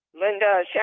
Linda